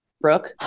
Brooke